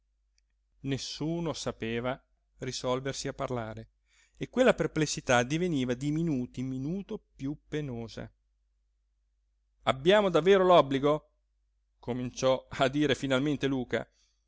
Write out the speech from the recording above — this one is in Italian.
nessuno sapeva risolversi a parlare e quella perplessità diveniva di minuto in minuto piú penosa abbiamo davvero l'obbligo cominciò a dire finalmente luca